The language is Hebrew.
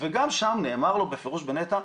וגם שם נאמר לו בפירוש מנת"ע